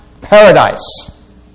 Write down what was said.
paradise